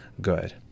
good